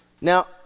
Now